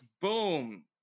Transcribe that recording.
Boom